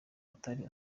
atari